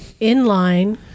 inline